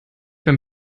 beim